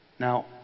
Now